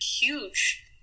huge